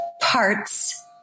parts